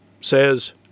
says